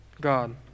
God